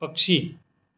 पक्षी